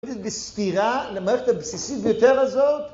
בספירה למערכת הבסיסית ביותר הזאת